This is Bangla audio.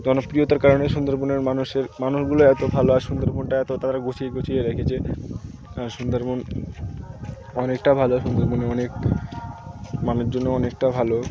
জনপ্রিয়তার কারণ সুন্দরবনের মানুষের মানুষগুলো এত ভালো আর সুন্দরবনটা এত তারা গুছিয়ে গুছিয়ে রেখেছে সুন্দরবন অনেকটা ভালো সুন্দরবনে অনেক মানের জন্য অনেকটা ভালো